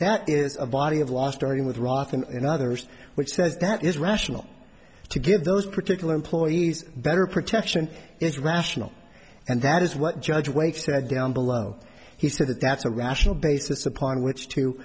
that is a body of law starting with roth and others which says that is rational to give those particular employees better protection is rational and that is what judge waves said down below he said that that's a rational basis upon which to